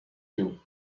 you